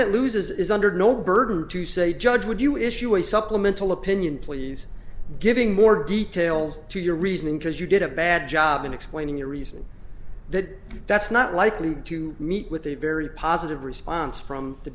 that loses is under no burden to say judge would you issue a supplemental opinion please giving more details to your reasoning because you did a bad job in explaining your reasoning that that's not likely to meet with a very positive response from the